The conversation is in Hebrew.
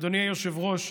אדוני היושב-ראש,